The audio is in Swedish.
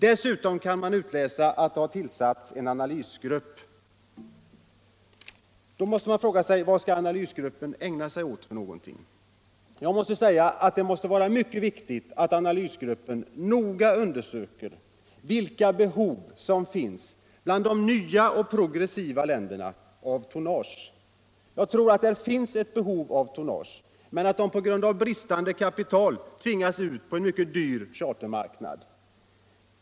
Dessutom kan man utläsa att en analysgrupp tillsatts. Då måste man fråga sig: Vad skall analysgruppen ägna sig åt? Nr 27 Det är mycket viktigt att analysgruppen noga undersöker vilka behov Tisdagen den av tonnage som finns bland de nya och progressiva länderna. Jag tror 16 november 1976 att där finns ett behov av tonnage, men att man, på grund av bristande = kapital, tvingats ut på en mycket dyr chartermarknad.